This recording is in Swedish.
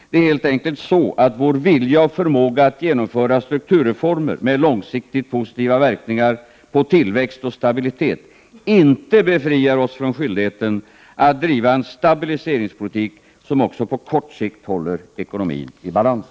Det är helt enkelt så att vår vilja och förmåga att genomföra strukturreformer med långsiktigt positiva verkningar på tillväxt och stabilitet inte befriar oss från skyldigheten att driva en stabiliseringspolitik som också på kort sikt håller ekonomin i balans.